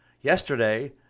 Yesterday